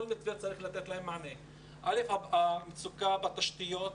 ראשית, המצוקה בתשתיות